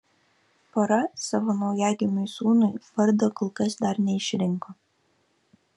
pora savo naujagimiui sūnui vardo kol kas dar neišrinko